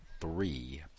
three